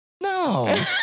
No